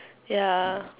ya